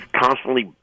constantly